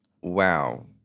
wow